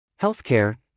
healthcare